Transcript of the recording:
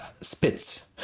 spits